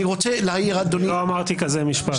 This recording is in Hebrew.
אני רוצה להעיר אדוני --- לא אמרתי כזה משפט.